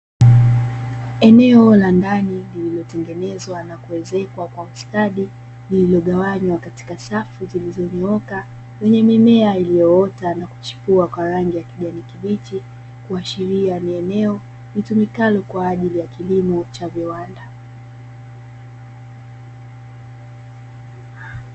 Eneo la ndani lililotengenezwa na kuezekwa kwa ustadi, lililogawanywa katika safu zilizonyooka, yenye mimea iliyoota na kuchipua kwa rangi ya kijani kibichi, kuashiria ni eneo litumikalo kwa ajili ya kilimo cha viwanda.